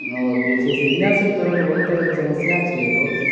ओ जे छै से इहे सब तरहके बहुत तरहके समस्या छै आओर की